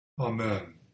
Amen